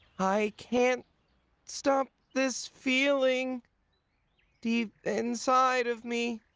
i can't stop this feeling deep inside of me